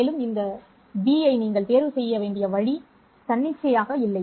மேலும் இந்த b ஐ நீங்கள் தேர்வு செய்ய வேண்டிய வழி தன்னிச்சையாக இல்லை